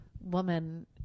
woman